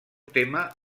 tema